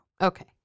Okay